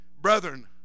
brethren